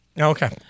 Okay